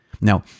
Now